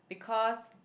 because